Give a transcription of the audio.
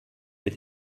mit